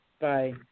Bye